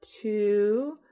two